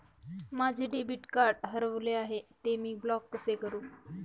माझे debit card हरविले आहे, ते मी ब्लॉक कसे करु?